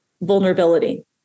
vulnerability